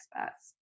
experts